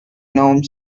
gnome